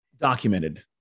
documented